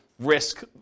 Risk